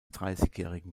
dreißigjährigen